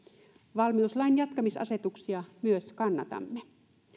valmiuslain jatkamisasetuksia myös kannatamme